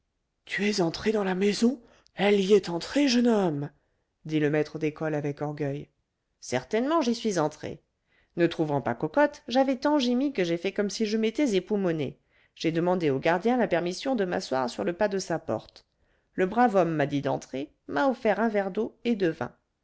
tu es entrée dans la maison elle y est entrée jeune homme dit le maître d'école avec orgueil certainement j'y suis entrée ne trouvant pas cocotte j'avais tant gémi que j'ai fait comme si je m'étais époumonée j'ai demandé au gardien la permission de m'asseoir sur le pas de sa porte le brave homme m'a dit d'entrer m'a offert un verre d'eau et de vin